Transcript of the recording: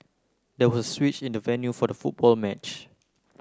there was a switch in the venue for the football match